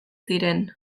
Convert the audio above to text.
ziren